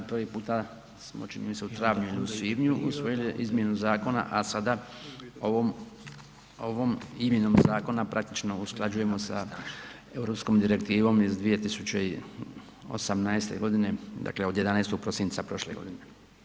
Prvi puta smo čini mi se u travnju ili u svibnju usvojili izmjenu zakona, a sada ovom izmjenom zakona praktično usklađujemo sa Europskom direktivom iz 2018. godine, dakle od 11. prosinca prošle godine.